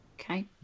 Okay